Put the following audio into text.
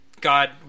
God